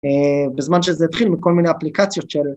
בזמן שזה התחיל עם כל מיני אפליקציות שלו.